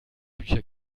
bücher